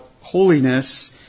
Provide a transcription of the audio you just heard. holiness